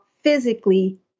physically